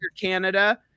canada